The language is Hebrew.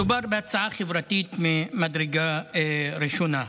מדובר בהצעה חברתית ממדרגה ראשונה.